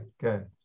Good